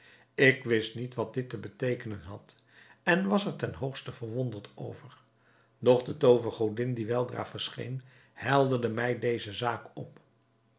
ik wist niet wat dit te beteekenen had en was er ten hoogste verwonderd over doch de toovergodin die weldra verscheen helderde mij deze zaak op